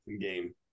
game